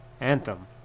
Anthem